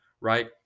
right